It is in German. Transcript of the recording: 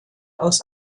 aus